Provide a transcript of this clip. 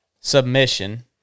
submission